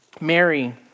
Mary